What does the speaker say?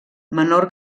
menor